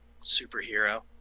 superhero